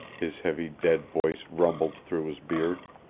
his heavy, dead voice rumbled through his beard.